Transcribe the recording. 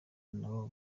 nabo